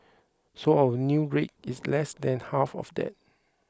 so our new rate is less than half of that